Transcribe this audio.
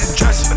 dress